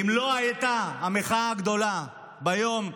אם לא הייתה המחאה הגדולה באותו יום,